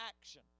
action